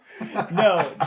No